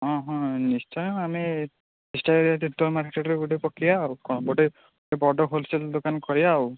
ହଁ ହଁ ନିଶ୍ଚୟ ଆମେ ଚେଷ୍ଟା କରିବା ତିର୍ତ୍ତୋଲ ମାର୍କେଟରେ ଗୋଟେ ପକାଇବା ଆଉ କ'ଣ ଗୋଟେ ଗୋଟେ ବଡ଼ ହୋଲସେଲ ଦୋକାନ କରିବା ଆଉ